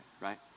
right